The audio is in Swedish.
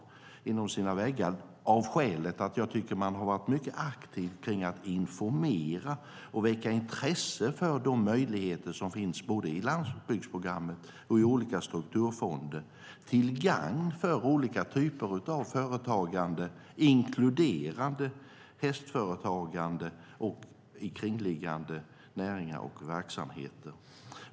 Skälet till det är att jag tycker att de har varit mycket aktiva med att informera och väcka intresse för de möjligheter som finns både i landsbygdsprogrammet och i olika strukturfonder till gagn för olika typer av företag, inkluderande hästföretag och omkringliggande näringar och verksamheter.